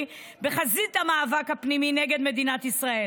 בחזית המאבק הפנימי נגד מדינת ישראל.